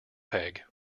peg